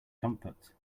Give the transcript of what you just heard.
comfort